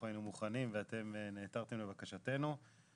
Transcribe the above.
היינו מוכנים ואתם נעתרתם לבקשתנו.